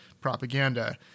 propaganda